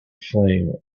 flame